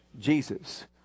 Jesus